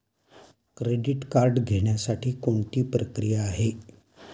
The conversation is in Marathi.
क्रेडिट कार्ड घेण्यासाठी कोणती प्रक्रिया आहे?